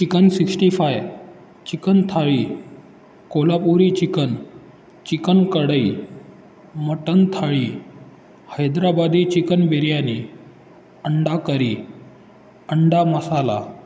chicken sixty five chicken thali Kolhapuri chicken chicken kadai mutton thali Hyderabadi chicken biryani अंडा curry अंडा मसाला